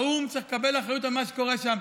האו"ם צריך לקבל אחריות על מה שקורה שם,